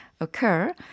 occur